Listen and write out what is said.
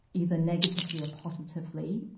either negatively or positively,